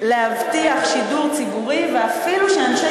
להבטיח שידור ציבורי אנשי